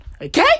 Okay